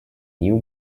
new